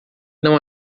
não